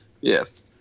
Yes